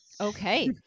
Okay